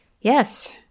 yes